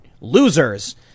losers